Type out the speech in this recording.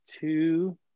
two